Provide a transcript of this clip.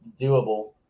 doable